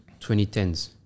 2010s